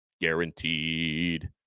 guaranteed